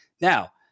Now